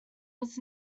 was